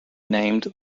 named